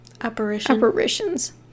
Apparitions